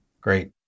great